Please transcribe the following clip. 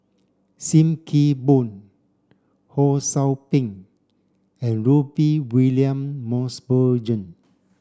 Sim Kee Boon Ho Sou Ping and Rudy William Mosbergen